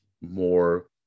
more